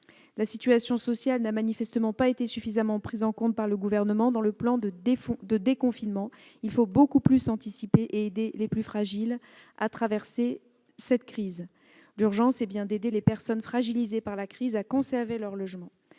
La situation sociale n'a manifestement pas été suffisamment prise en compte par le Gouvernement dans le plan de déconfinement. Il faut anticiper beaucoup plus et aider les plus fragiles à traverser cette crise. L'urgence est bien d'aider les personnes fragilisées par cette dernière à conserver leur logement.